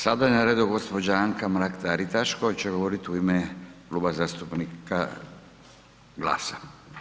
Sada je na redu gđa. Anka Mrak-Taritaš koja će govorit u ime Kluba zastupnika GLAS-a.